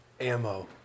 Ammo